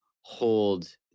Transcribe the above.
hold